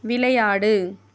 விளையாடு